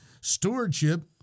stewardship